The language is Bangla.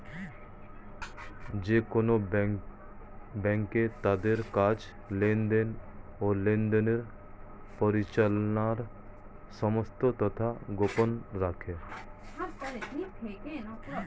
যেকোন ব্যাঙ্ক তাদের কাজ, লেনদেন, ও লেনদেনের পরিচালনার সমস্ত তথ্য গোপন রাখে